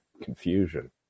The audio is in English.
confusion